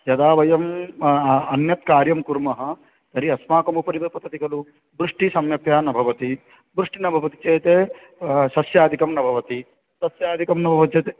यदा वयं अन्यत्कार्यं कुर्मः तर्हि अस्माकमुपरि एव पतति खलु वृष्टिः सम्यक्तया न भवति वृष्टिः न भवति चेत् सस्यादिकं न भवति सस्यादिकं न भवति चेत्